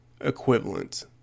equivalent